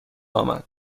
آمد